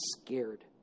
scared